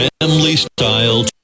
family-style